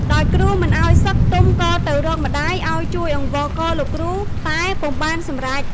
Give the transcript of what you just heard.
ដោយគ្រូមិនឲ្យសឹកទុំក៏ទៅរកម្តាយឲ្យជួយអង្វរករលោកគ្រូតែពុំបានសម្រេច ។